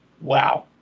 Wow